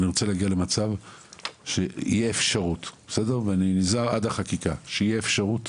אני רוצה להגיע למצב שתהיה אפשרות עד החקיקה ואני נזהר שתהיה אפשרות